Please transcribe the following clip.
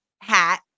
hat